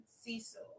cecil